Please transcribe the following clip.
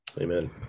Amen